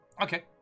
Okay